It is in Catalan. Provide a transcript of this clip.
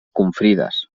confrides